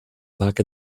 back